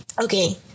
okay